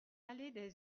allée